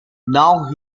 now